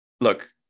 look